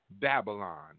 Babylon